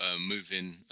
moving